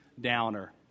downer